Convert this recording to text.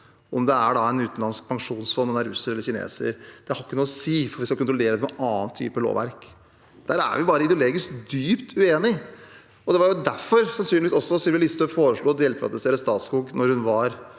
Om det er et utenlandsk pensjonsfond, russere eller kinesere, har det ikke noe å si, for vi skal kontrollere det med annet lovverk. Der er vi bare ideologisk dypt uenige, og det var sannsynligvis derfor Sylvi Listhaug foreslo å delprivatisere Statskog da hun var